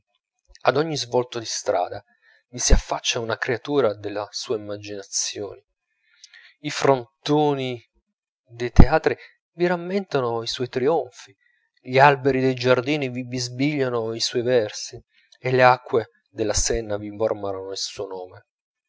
ad ogni svolto di strada vi si affaccia una creatura della sua immaginazioni i frontoni dei teatri vi rammentano i suoi trionfi gli alberi dei giardini vi bisbigliano i suoi versi e le acque della senna vi mormorano il suo nome